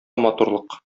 матурлык